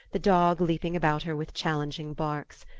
the dog leaping about her with challenging barks.